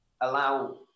allow